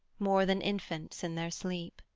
more than infants in their sleep.